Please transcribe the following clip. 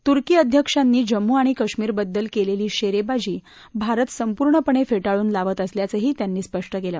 तुर्की अध्यक्षांनी जम्मू आणि कश्मिरबद्दल केलेली शेरेबाजी भारत संपूर्णपणे फेठळून लावत असल्याचंही त्यांनी स्पष्ट केलं